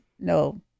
no